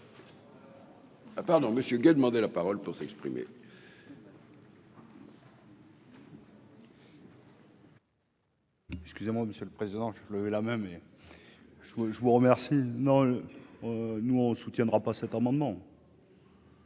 Ah pardon, monsieur Guy demandé la parole pour s'exprimer. Excusez-moi, monsieur le président, je le la même et je vous, je vous remercie, non nous on soutiendra pas cet amendement.